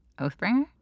Oathbringer